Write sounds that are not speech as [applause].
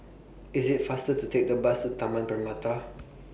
IT IS faster to Take The Bus to Taman Permata [noise]